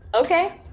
Okay